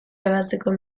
ebatziko